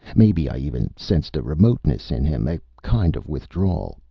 maybe i even sensed a remoteness in him, a kind of withdrawal.